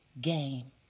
game